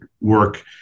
work